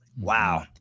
Wow